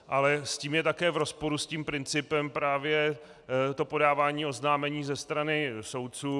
Ale s tím je také v rozporu s principem právě podávání oznámení ze strany soudců.